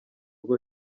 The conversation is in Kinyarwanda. ryo